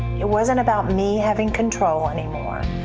it wasn't about me having control anymore.